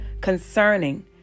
concerning